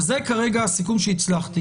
זה כרגע הסיכום שהצלחתי.